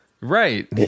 Right